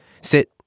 sit